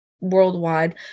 worldwide